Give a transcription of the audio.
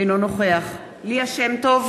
אינו נוכח ליה שמטוב,